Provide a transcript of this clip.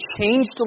changed